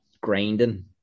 grinding